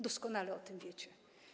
Doskonale o tym wiecie.